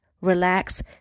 relax